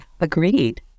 agreed